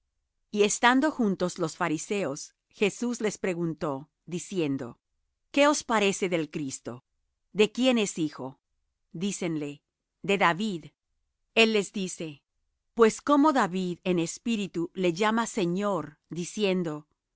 y estando juntos los fariseos jesús les preguntó diciendo qué os parece del cristo de quién es hijo dícenle de david el les dice pues cómo david en espíritu le llama señor diciendo